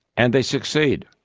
and they succeed.